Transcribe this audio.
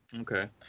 Okay